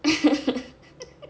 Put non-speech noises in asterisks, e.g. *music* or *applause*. *laughs*